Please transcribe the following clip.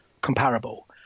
comparable